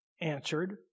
answered